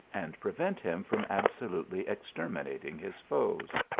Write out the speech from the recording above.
and prevent him from absolutely exterminating his foes.